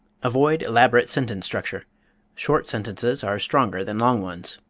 avoid elaborate sentence structure short sentences are stronger than long ones.